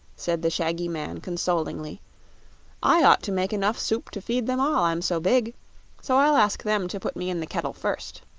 said the shaggy man, consolingly i ought to make enough soup to feed them all, i'm so big so i'll ask them to put me in the kettle first.